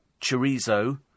chorizo